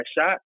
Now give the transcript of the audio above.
shot